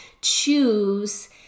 choose